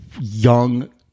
young